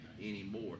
anymore